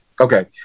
Okay